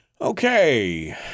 Okay